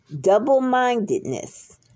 double-mindedness